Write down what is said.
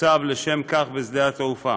שתוצב לשם כך בשדה התעופה.